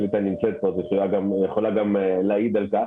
והקליטה נמצאת בדיון והיא יכולה גם להעיד על כך.